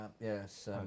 Yes